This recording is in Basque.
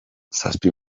zazpi